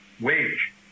wage